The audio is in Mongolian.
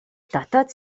дотоод